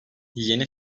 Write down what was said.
yeni